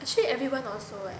actually everyone also leh